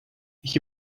ich